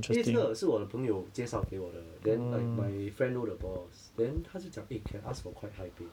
因为这个是我的朋友介绍给我的 then like my friend know the boss then 他就讲 eh can ask for quite high pay